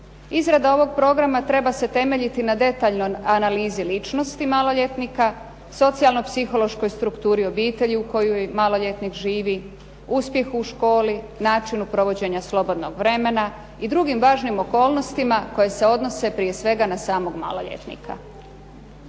Izrada ovog programa treba se temeljiti na detaljnoj analizi ličnosti maloljetnika, socijalno-psihološkoj strukturi obitelji u kojoj maloljetnik živi, uspjeh u školi, načinu provođenja slobodnog vremena i drugim važnim okolnostima koje se odnose prije svega na samog maloljetnika.